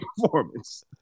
performance